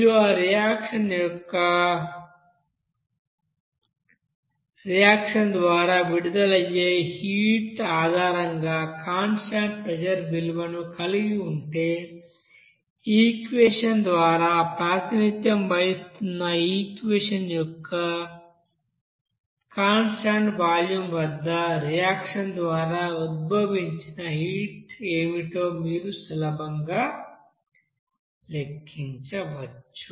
మీరు ఆ రియాక్షన్ ద్వారా విడుదలయ్యే హీట్ ఆధారంగా కాన్స్టాంట్ ప్రెజర్ విలువను కలిగి ఉంటే ఈ ఈక్వెషన్ ద్వారా ప్రాతినిధ్యం వహిస్తున్న ఈ ఈక్వెషన్ యొక్క సంబంధం నుండి కాన్స్టాంట్ వాల్యూమ్ వద్ద రియాక్షన్ ద్వారా ఉద్భవించిన హీట్ ఏమిటో మీరు సులభంగా లెక్కించవచ్చు